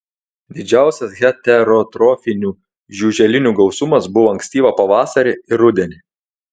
didžiausias heterotrofinių žiuželinių gausumas buvo ankstyvą pavasarį ir rudenį